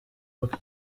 bwe